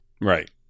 Right